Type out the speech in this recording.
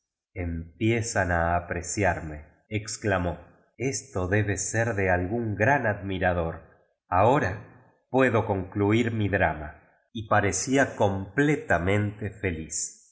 empiezan a apreciarme exclamó esto debe ser de algún gran admirador ahora puedo concluir mi drama biblioteca nacional de españa v parecía completamente feliz al